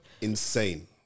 Insane